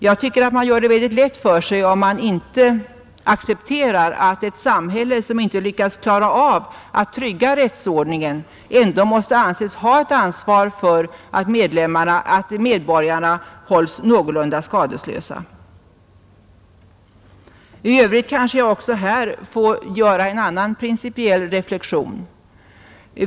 Jag tycker att man gör det mycket lätt för sig, om man inte accepterar att ett samhälle som inte lyckas klara av att trygga rättsordningen ändå måste anses ha ett visst ansvar för att medborgarna hålls någorlunda skadeslösa. I övrigt kanske jag i det här sammanhanget får göra en annan principiell reflexion.